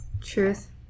Truth